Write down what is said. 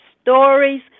stories